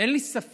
אין לי ספק